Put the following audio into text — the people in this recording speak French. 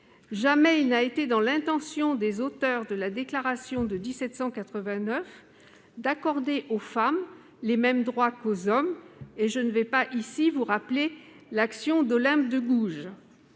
Jamais, il n'a été dans l'intention des auteurs de la déclaration de 1789 d'accorder aux femmes les mêmes droits qu'aux hommes. Je n'ai pas besoin de rappeler ici l'action d'Olympe de Gouges